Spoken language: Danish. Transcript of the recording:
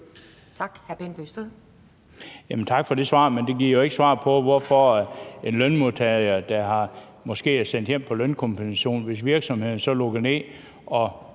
Tak for det svar, men det giver jo ikke svar på, hvorfor det gælder en lønmodtager, der måske er sendt hjem på lønkompensation. Hvis virksomheden så lukker ned og